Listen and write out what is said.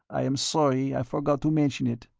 i am sorry i forgot to mention it.